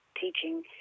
teaching